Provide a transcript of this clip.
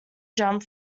jump